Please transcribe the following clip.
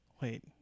wait